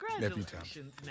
Congratulations